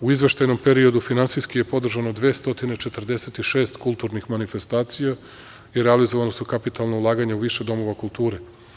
U izveštajnom periodu finansijski je podržano 246 kulturnih manifestacija i realizovana su kapitalna ulaganja u više domova kulture.